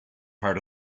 part